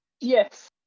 Yes